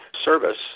service